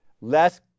Less